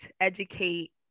educate